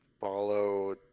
Follow